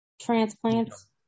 transplants